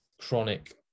chronic